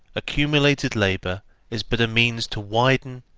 accumulated labour is but a means to widen,